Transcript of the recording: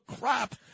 crap